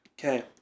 Okay